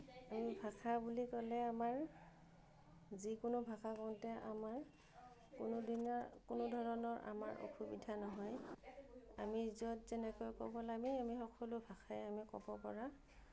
এই ভাষা বুলি ক'লে আমাৰ যিকোনো ভাষা কওঁতে আমাৰ কোনো দিনা কোনো ধৰণৰ আমাৰ অসুবিধা নহয় আমি য'ত যেনেকৈ ক'ব লাগে আমি আমি সকলো ভাষাই আমি ক'ব পৰা